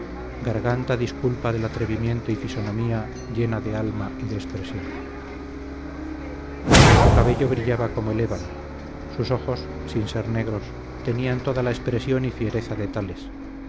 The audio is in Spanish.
garganta disculpa del atrevimiento y fisonomía llena de alma y de expresión su cabello brillaba como el ébano sus ojos sin ser negros tenían toda la expresión y fiereza